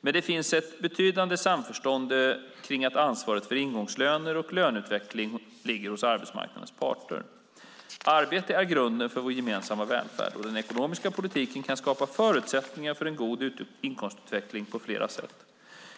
Men det finns ett betydande samförstånd kring att ansvaret för ingångslöner och löneutveckling ligger hos arbetsmarknadens parter. Arbete är grunden för vår gemensamma välfärd, och den ekonomiska politiken kan skapa förutsättningar för en god inkomstutveckling på flera sätt.